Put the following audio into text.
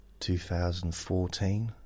2014